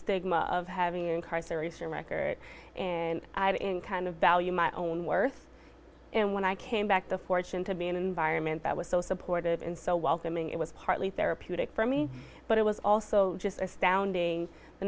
stigma of having incarceration records and in kind of value my own worth and when i came back the fortune to be in an environment that was so supportive and so welcoming it was partly therapy for me but it was also just astounding the